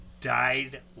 died